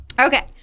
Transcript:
Okay